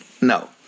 No